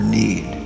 need